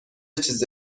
چیزی